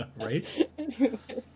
Right